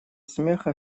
смеха